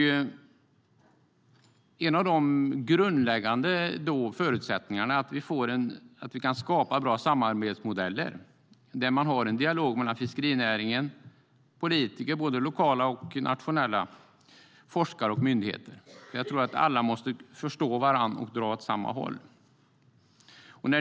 En av de grundläggande förutsättningarna är att vi kan skapa bra samarbetsmodeller där man har en dialog mellan fiskerinäringen, lokala och nationella politiker, forskare och myndigheter. Jag tror att alla måste förstå varandra och dra åt samma håll.